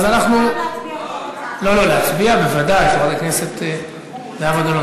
לא לא, להצביע, בוודאי, חברת הכנסת זהבה גלאון.